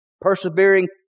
persevering